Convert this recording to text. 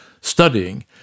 studying